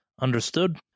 Understood